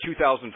2004